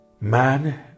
Man